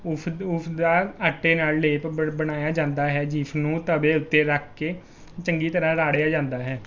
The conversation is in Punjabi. ਉਸ ਉਸਦਾ ਆਟੇ ਨਾਲ ਲੇਪ ਬਣ ਬਣਾਇਆ ਜਾਂਦਾ ਹੈ ਜਿਸਨੂੰ ਤਵੇ ਉੱਤੇ ਰੱਖ ਕੇ ਚੰਗੀ ਤਰ੍ਹਾਂ ਰਾੜ੍ਹਿਆ ਜਾਂਦਾ ਹੈ